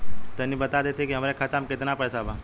तनि बता देती की हमरे खाता में कितना पैसा बा?